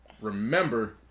remember